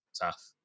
Tough